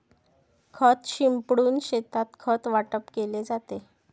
खत शिंपडून शेतात खत वाटप केले जाते